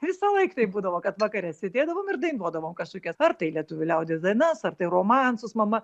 visąlaik taip būdavo kad vakare sėdėdavom ir dainuodavom kažkokias ar tai lietuvių liaudies dainas ar tai romansus mama